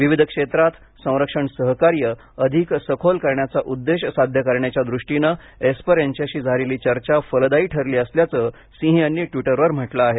विविध क्षेत्रात संरक्षण सहकार्य अधिक सखोल करण्याचा उद्देश साध्य करण्याच्या दृष्टीने एस्पर यांच्याशी झालेली चर्चा फलदायी ठरली असल्याचं सिंह यांनी ट्वीटरवर म्हटलं आहे